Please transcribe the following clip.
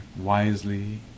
wisely